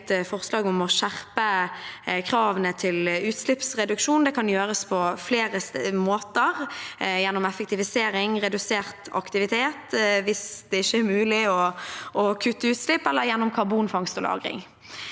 et eget forslag om å skjerpe kravene til utslippsreduksjoner. Det kan gjøres på flere måter, f.eks. gjennom effektivisering, redusert aktivitet hvis det ikke er mulig å kutte utslipp, eller gjennom karbonfangst og -lagring.